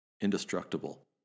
Indestructible